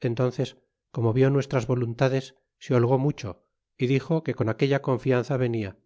entónces como vió nuestras voluntades se holgó mucho y dixo que con aquella confianza venia